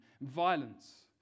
violence